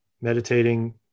meditating